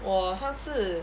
我上次